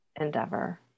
endeavor